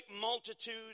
multitude